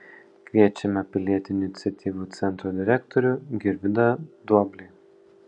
kviečiame pilietinių iniciatyvų centro direktorių girvydą duoblį